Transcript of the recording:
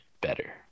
better